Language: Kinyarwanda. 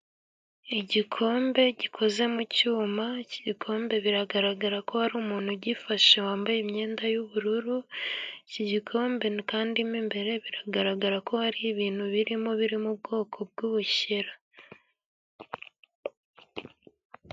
Igikombe gikoze mu cyuma. Iki gikombe biragaragara ko hari umuntu ugifashe wambaye imyenda y'ubururu. Iki gikombe kandi, mo imbere biragaragara ko hari ibintu birimo biri mu bwoko bw'ubushera.